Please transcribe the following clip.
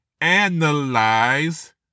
analyze